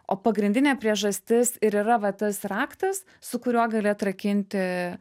o pagrindinė priežastis ir yra va tas raktas su kuriuo gali atrakinti